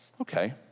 Okay